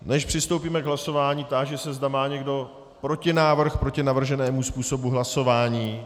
Než přistoupíme k hlasování, táži se, zda má někdo protinávrh proti navrženému způsobu hlasování.